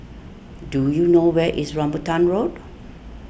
do you know where is Rambutan Road